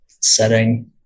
setting